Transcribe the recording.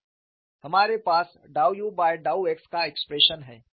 हमारे पास dow u by dow x का एक्सप्रेशन है